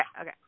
Okay